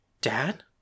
Dad